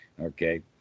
Okay